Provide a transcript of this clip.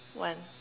one